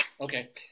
Okay